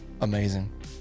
amazing